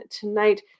tonight